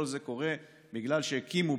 כל זה קורה בגלל שהקימו,